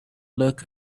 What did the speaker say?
look